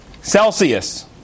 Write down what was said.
Celsius